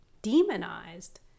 demonized